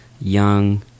young